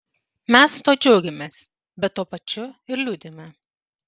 mes tuo džiaugiamės bet tuo pačiu ir liūdime